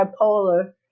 bipolar